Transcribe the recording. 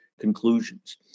conclusions